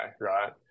right